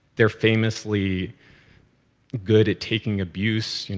they're famously good at taking abuse,